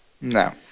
No